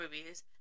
movies